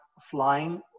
flying